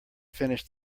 finished